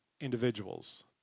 individuals